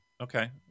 Okay